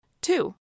Two